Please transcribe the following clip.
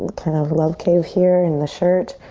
kind of love cave here in the shirt.